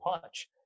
punch